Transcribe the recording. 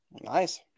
Nice